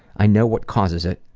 i know what causes it,